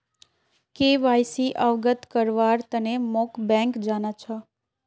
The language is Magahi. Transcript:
के.वाई.सी अवगत करव्वार तने मोक बैंक जाना छ